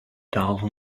dull